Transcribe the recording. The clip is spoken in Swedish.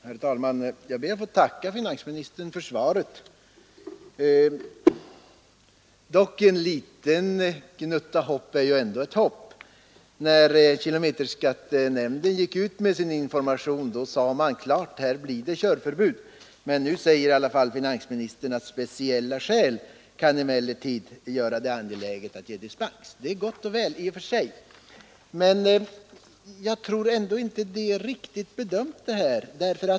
Herr talman! Jag ber att få tacka finansministern för svaret. En liten framgång är dock en framgång. När kilometerskattenämnden gick ut med sin information sade man klart ut, att det blir körförbud om bestämmelserna inte följs. Nu säger finansministern att speciella skäl kan emellertid göra det motiverat att ge dispens. Det är gott och väl i och för sig. Men jag tror ändå inte att det är tillräckligt.